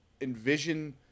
envision